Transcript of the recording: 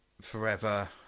forever